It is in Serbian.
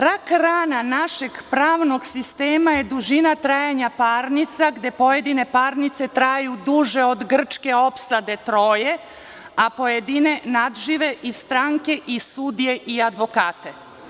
Rak rana našeg pravosudnog sistema je dužina trajanja parnica, gde pojedine parnice traju duže od grčke opsade Troje, a pojedine nadžive i stranke i sudije i advokate.